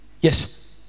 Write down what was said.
yes